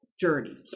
journey